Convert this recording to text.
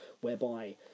Whereby